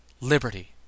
Liberty